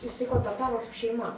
jisai kontaktavo su šeima